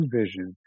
vision